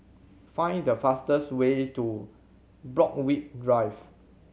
find the fastest way to Borthwick Drive